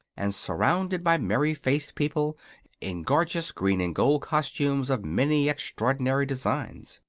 and surrounded by merry faced people in gorgeous green-and-gold costumes of many extraordinary designs.